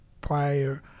prior